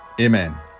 amen